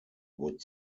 would